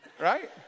Right